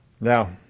Now